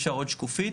בשקופית